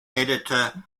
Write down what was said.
editor